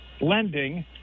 lending